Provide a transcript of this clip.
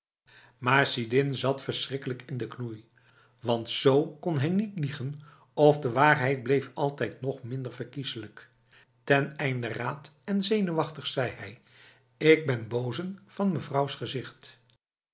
maar sidin zat verschrikkelijk in de knoei want z kon hij niet liegen of de waarheid bleef altijd nog minder verkieslijk ten einde raad en zenuwachtig zei hij ik ben bosèn van mevrouws gezichtf